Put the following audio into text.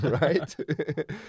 right